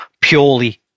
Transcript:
purely